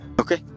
Okay